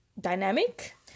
dynamic